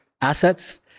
assets